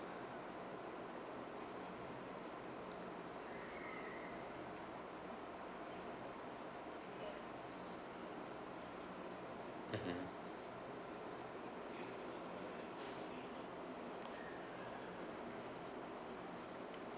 mmhmm